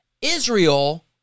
Israel